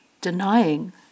denying